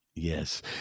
Yes